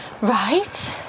Right